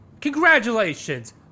congratulations